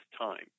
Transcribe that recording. time